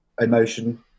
emotion